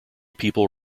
people